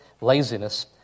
laziness